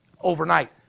overnight